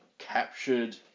captured